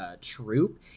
troop